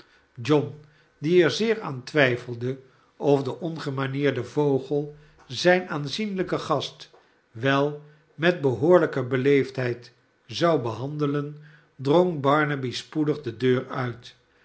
john die er zeer aan twijfelde of de ongemanierde vogel zijn aanzienhjken gast wel met behoorlijke beleefdheid zou behandelen drong barnaby spoedig de deur uit